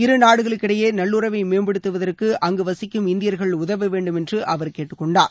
இருநாடுகளுக்கிடையே நல்லுறவை மேம்படுத்துவதற்கு அங்கு வசிக்கும் இந்தியர்கள் உதவ வேண்டும் என்று அவர் கேட்டுக்கொண்டார்